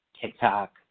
TikTok